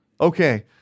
Okay